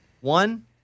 One